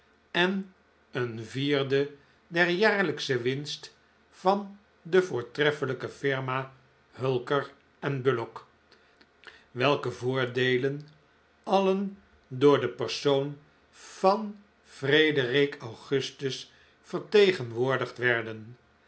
en een vierde der jaarlijksche winst van de voortreffelijke flrma hulker en bullock welke voordeelen alle door den persoon van frederic augustus vertegenwoordigd werden